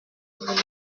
voulais